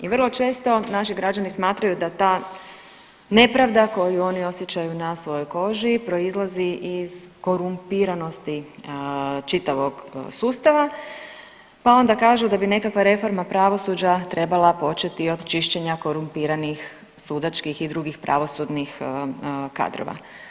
I vrlo često naši građani smatraju da ta nepravda koju oni osjećaju na svojoj koži proizlazi iz korumpiranosti čitavog sustava pa onda kažu da bi nekakva reforma pravosuđa trebala početi od čišćenja od korumpiranih sudačkih i drugih pravosudnih kadrova.